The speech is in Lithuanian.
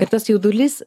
ir tas jaudulys